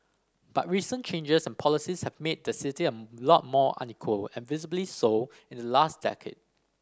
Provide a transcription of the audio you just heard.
but recent changes and policies have made the city a lot more unequal and visibly so in the last decade